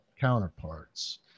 counterparts